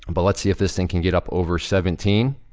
but let's see if this thing can get up, over seventeen.